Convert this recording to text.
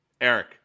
eric